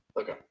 Okay